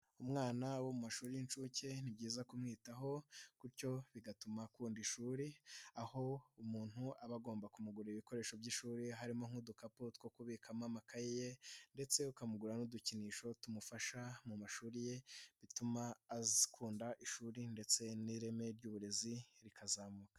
Umwana wo mu mashuri y'inshuke ni byiza kumwitaho gutyo bigatuma akunda ishuri, aho umuntu aba agomba kumugura ibikoresho by'ishuri, harimo nk'udukapu two kubikamo amakaye ye ndetse ukamugura n'udukinisho tumufasha mu mashuri ye, bituma akunda ishuri ndetse n'ireme ry'uburezi rikazamuka.